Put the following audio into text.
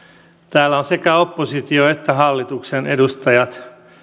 täällä ovat sekä oppositio että hallituksen edustajat